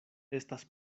estas